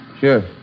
Sure